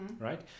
right